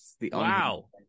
Wow